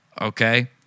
okay